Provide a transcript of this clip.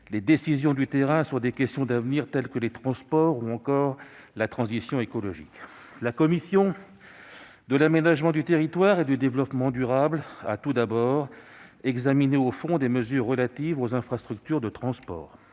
les décisions du terrain sur des questions d'avenir telles que les transports ou encore la transition écologique. La commission de l'aménagement du territoire et du développement durable a tout d'abord examiné au fond des mesures relatives aux infrastructures de transport.